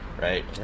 Right